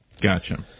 gotcha